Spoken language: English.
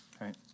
right